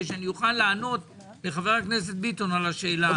שאוכל לענות לחבר הכנסת ביטון על השאלה הזאת.